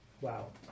Wow